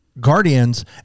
Guardians